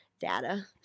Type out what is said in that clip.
data